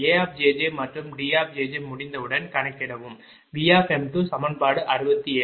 A மற்றும் D முடிந்தவுடன் கணக்கிடவும் |V| சமன்பாடு 67